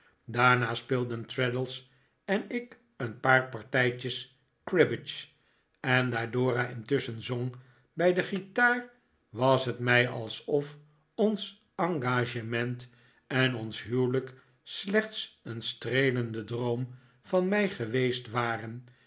daarna speelden traddles en ik een paar partijtjes cribbage en daar dora intusschen zong bij de guitaar was het mij alsof ons engagement en ons huwelijk slechts een streelenden droom van mij geweest waren